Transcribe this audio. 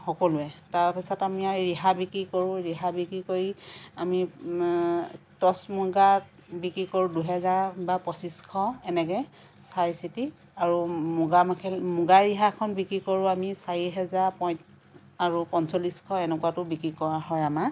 সকলোৱে তাৰ পাছত আমি আৰু ৰিহা বিক্ৰী কৰোঁ ৰিহা বিক্ৰী কৰি আমি টচ মুগা বিক্ৰী কৰোঁ দুহেজাৰ বা পঁচিছশ এনেকৈ চাই চিতি আৰু মুগা মেখেলা মুগা ৰিহাখন বিক্ৰী কৰোঁ আমি চাৰি হেজাৰ আৰু পঞ্চলিছশ এনেকুৱাত বিক্ৰী কৰা হয় আমাৰ